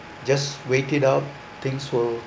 just wait it out things will